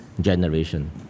generation